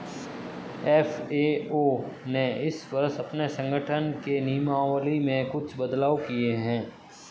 FAO ने इस वर्ष अपने संगठन के नियमावली में कुछ बदलाव किए हैं